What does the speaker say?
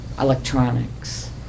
electronics